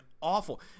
awful